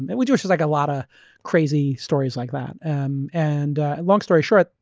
but we do shows like a lot of crazy stories like that. um and long story short,